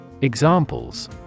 Examples